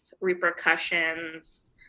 repercussions